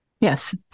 Yes